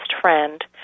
friend